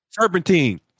serpentine